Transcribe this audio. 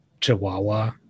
chihuahua